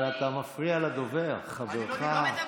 אבל אתה מפריע לדובר, חברך.